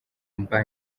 mba